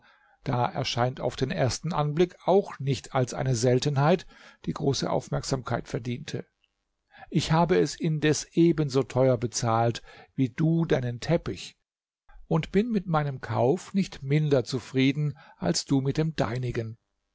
da erscheint auf den ersten anblick auch nicht als eine seltenheit die große aufmerksamkeit verdiente ich habe es indes ebenso teuer bezahlt wie du deinen teppich und bin mit meinem kauf nicht minder zufrieden als du mit dem deinigen